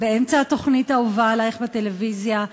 באמצע התוכנית האהובה עלייך בטלוויזיה,